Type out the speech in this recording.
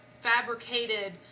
fabricated